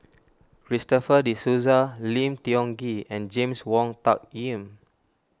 Christopher De Souza Lim Tiong Ghee and James Wong Tuck Yim